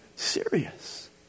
serious